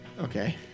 Okay